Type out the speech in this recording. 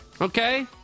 okay